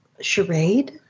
charade